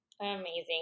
Amazing